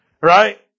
Right